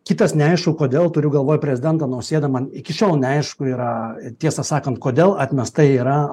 kitas neaišku kodėl turiu galvoj prezidentą nausėdą man iki šiol neaišku yra tiesą sakant kodėl atmesta yra